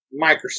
Microsoft